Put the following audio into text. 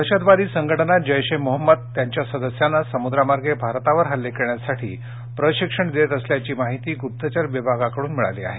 दहशतवादी संघटना जश्वए मोहम्मद त्यांच्या सदस्यांना समुद्रामार्गे भारतावर हल्ले करण्यासाठी प्रशिक्षण देत असल्याची माहिती गुप्तचर विभागाकडून मिळालेली आहे